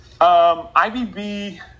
ibb